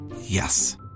Yes